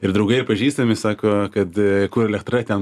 ir draugai ir pažįstami sako kad kuo elektra ten